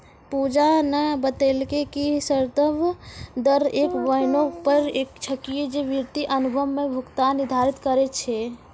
पूजा न बतेलकै कि संदर्भ दर एक एहनो दर छेकियै जे वित्तीय अनुबंध म भुगतान निर्धारित करय छै